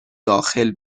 داخل